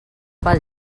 pel